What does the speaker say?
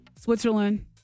Switzerland